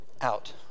out